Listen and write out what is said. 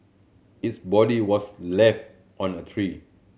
its body was left on a tree